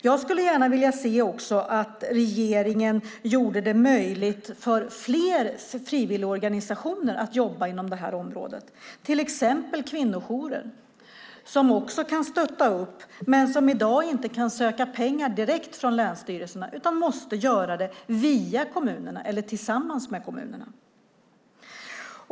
Jag skulle gärna vilja se att regeringen gjorde det möjligt för fler frivilligorganisationer att jobba inom det här området, till exempel kvinnojourer, som kan stötta men som i dag inte kan söka pengar direkt från länsstyrelserna utan måste göra det via kommunerna eller tillsammans med kommunerna.